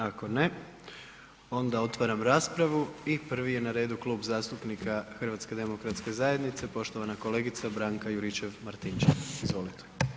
Ako ne, onda otvaram raspravu i prvi je na redu Klub zastupnika HDZ-a, poštovana kolegica Branka Juričev-Martinčev, izvolite.